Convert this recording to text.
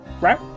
Right